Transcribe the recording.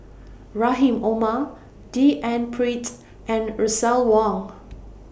Rahim Omar D N Pritt and Russel Wong